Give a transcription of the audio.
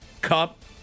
Cup